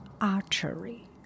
archery